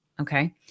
Okay